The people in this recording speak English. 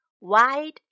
Wide